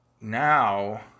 now